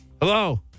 Hello